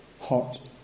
hot